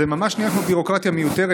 זה ממש נהיה כמו ביורוקרטיה מיותרת.